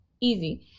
easy